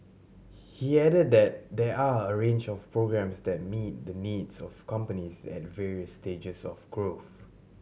he added that there are a range of programmes that meet the needs of companies at various stages of growth